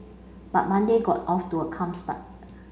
but Monday got off to a calm start